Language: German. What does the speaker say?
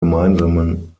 gemeinsamen